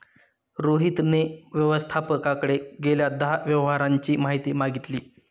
रोहितने व्यवस्थापकाकडे गेल्या दहा व्यवहारांची माहिती मागितली